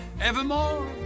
evermore